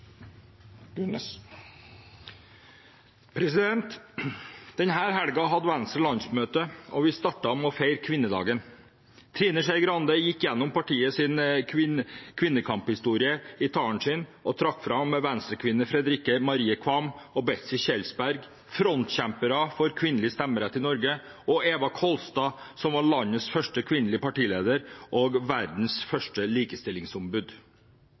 hadde Venstre landsmøte, og vi startet med å feire kvinnedagen. Trine Skei Grande gikk igjennom partiets kvinnekamphistorie i talen sin og trakk fram Venstre-kvinnene Fredrikke Marie Qvam og Betzy Kjelsberg, frontkjempere for kvinnelig stemmerett i Norge, og Eva Kolstad, som var landets første kvinnelige partileder og verdens første likestillingsombud.